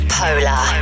polar